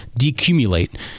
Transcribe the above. decumulate